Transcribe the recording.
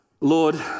Lord